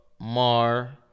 Mar